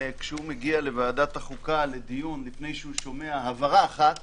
כשהוא מגיע לדיון בוועדת החוקה לפני ששומע הברה אחת,